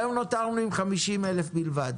היום נותרנו עם 50,000 בלבד